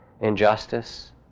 injustice